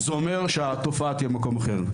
זה אומר שהתופעה תהיה במקום אחר.